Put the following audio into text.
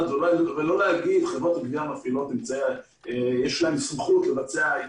ולא לומר: לחברות הגבייה יש סמכות לבצע,